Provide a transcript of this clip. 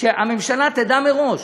שהממשלה תדע מראש,